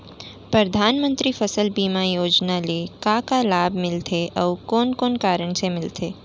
परधानमंतरी फसल बीमा योजना ले का का लाभ मिलथे अऊ कोन कोन कारण से मिलथे?